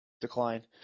Decline